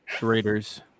Raiders